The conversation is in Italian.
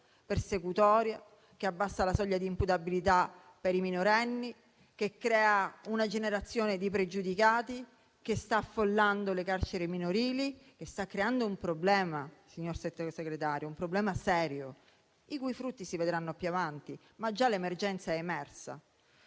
persecutoria, che abbassa la soglia di imputabilità per i minorenni, che crea una generazione di pregiudicati che sta affollando le carceri minorili creando un problema serio, i cui frutti si vedranno più avanti, ma l'emergenza è già emersa.